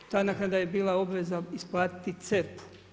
Ta naknada je bila obveza isplatiti CERP.